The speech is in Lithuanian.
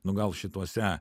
nu gal šituose